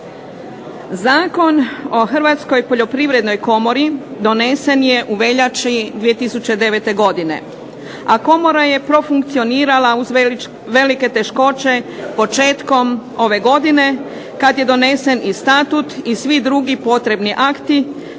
Zakon o Hrvatskoj poljoprivrednoj komori donesen je u veljači 2009. godine, a komora je profunkcionirala uz velike teškoće početkom ove godine kad je donesen i statut i svi drugi potrebni akti